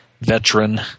veteran